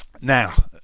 now